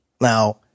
Now